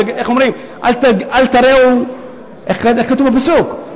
איך כתוב בפסוק?